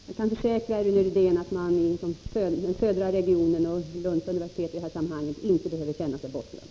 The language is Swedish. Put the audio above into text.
Herr talman! Jag kan försäkra Rune Rydén att man i den södra regionen och vid Lunds universitet i detta sammanhang inte behöver känna sig bortglömd.